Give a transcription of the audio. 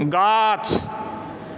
गाछ